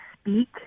speak